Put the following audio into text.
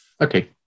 Okay